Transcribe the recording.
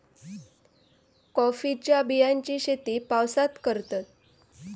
कॉफीच्या बियांची शेती पावसात करतत